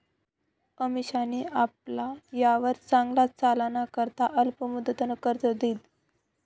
अमिशानी आपला यापार चांगला चालाना करता अल्प मुदतनं कर्ज ल्हिदं